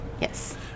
yes